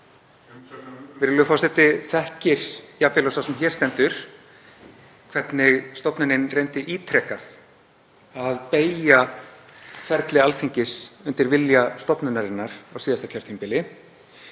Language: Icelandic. Virðulegur forseti þekkir jafn vel og sá sem hér stendur hvernig stofnunin reyndi ítrekað að beygja ferli Alþingis undir vilja stofnunarinnar á síðasta kjörtímabili.